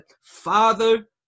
Father